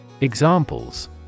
Examples